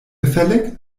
gefällig